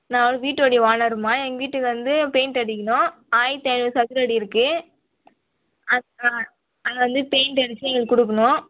நான் வந்து வீட்டுடைய ஓனரும்மா எங்கள் வீட்டுக்கு வந்து பெயிண்ட் அடிக்கணும் ஆயிரத்து ஐந்நூறு சதுர அடி இருக்குது அது அதை வந்து பெயிண்ட் அடித்து நீங்கள் கொடுக்குணும்